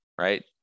right